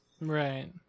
Right